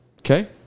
Okay